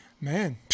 Man